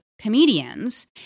comedians